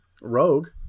rogue